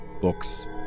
books